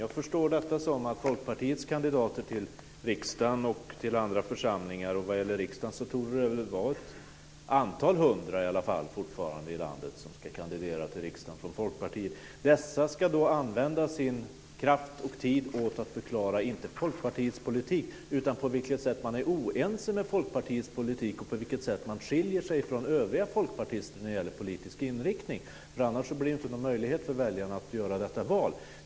Jag förstår detta som att Folkpartiets kandidater till riksdagen och till andra församlingar, vad gäller riksdagen torde det väl fortfarande vara ett antal hundra som ska kandidera för Folkpartiet, ska använda sin kraft och tid inte till att förklara Folkpartiets politik utan till att förklara på vilket sätt man är oense med Folkpartiets politik och på vilket sätt man skiljer sig från övriga folkpartister när det gäller politisk inriktning. Annars blir det inte möjligt för väljarna att göra detta val.